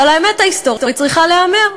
אבל האמת ההיסטורית צריכה להיאמר: